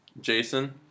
Jason